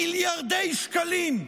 מיליארדי שקלים.